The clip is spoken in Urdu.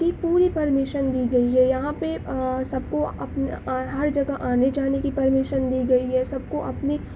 کی پوری پرمیشن دی گئی ہے یہاں پہ سب کو اپنا ہر جگہ آنے جانے کی پرمیشن دی گئی ہے سب کو اپنی